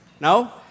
No